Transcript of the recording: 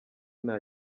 nta